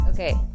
Okay